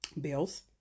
bills